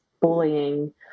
bullying